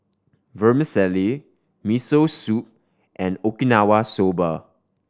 Vermicelli Miso Soup and Okinawa Soba